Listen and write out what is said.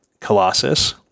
Colossus